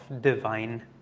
divine